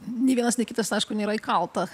nei vienas nei kitas aišku nėra įkalta